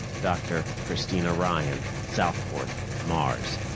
dr. christina ryan, southport, mars.